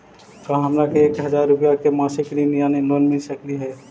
का हमरा के एक हजार रुपया के मासिक ऋण यानी लोन मिल सकली हे?